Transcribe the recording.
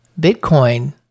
Bitcoin